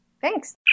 Thanks